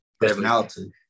Personality